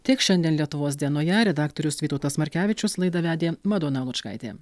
tiek šiandien lietuvos dienoje redaktorius vytautas markevičius laidą vedė madona lučkaitė